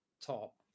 top